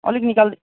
अलिक निकाल्दे